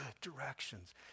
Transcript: directions